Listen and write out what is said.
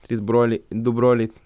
trys broliai du broliai